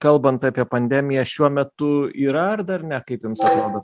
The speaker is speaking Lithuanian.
jau irgi kalbant apie pandemiją šiuo metu yra ar dar ne kaip jums atrodo